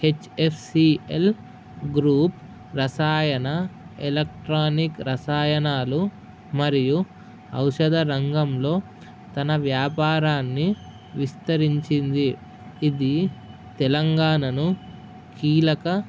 HFCL group రసాయన electronic రసాయనాలు మరియు ఔషధ రంగంలో తన వ్యాపారాన్ని విస్తరించింది ఇది తెలంగాణను కీలక